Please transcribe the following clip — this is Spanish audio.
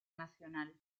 nacional